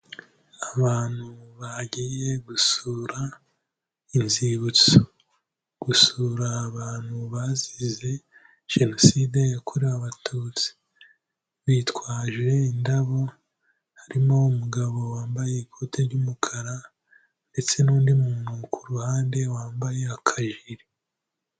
Abantu bagiye gusura inzibutso, gusura abantu bazize Jenoside yakorewe abatutsi. Bitwaje indabo, harimo umugabo wambaye ikote ry'umukara ndetse n'undi muntu ku ruhande wambaye akajiri.